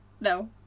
No